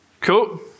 Cool